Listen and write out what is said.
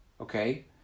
Okay